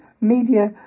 media